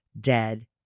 Dead